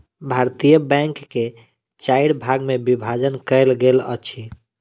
भारतीय बैंक के चाइर भाग मे विभाजन कयल गेल अछि